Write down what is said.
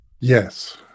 Yes